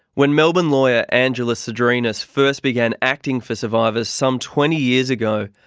when melbourne lawyer angela sdrinis first began acting for survivors some twenty years ago,